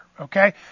okay